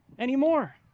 anymore